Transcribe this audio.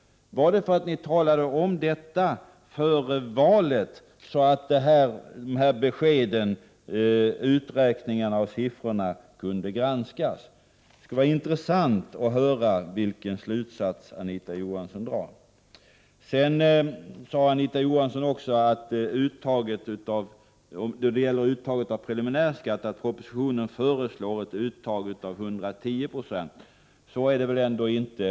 Var det för att ni talade om detta före valet, så att dessa besked, uträkningar och siffror kunde granskas? Det skulle vara intressant att få höra vilken slutsats Anita Johansson drar. Sedan sade Anita Johansson när det gäller uttag av preliminär skatt att det i propositionen föreslås ett uttag på 110 96. Så är det väl ändå inte?